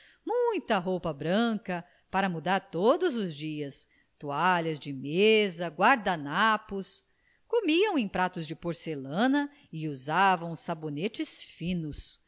muita roupa branca para mudar todos os dias toalhas de mesa guardanapos comiam em pratos de porcelana e usavam sabonetes finos